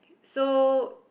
so